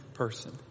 person